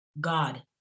God